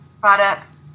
products